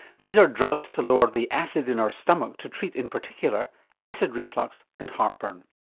these are drugs to lower the acid in our stomach to treat in particular acid reflux and heartburn.